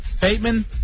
Bateman